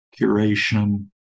curation